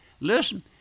listen